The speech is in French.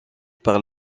par